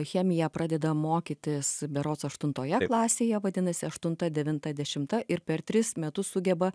chemiją pradeda mokytis berods aštuntoje klasėje vadinasi aštunta devinta dešimta ir per tris metus sugeba